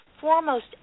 foremost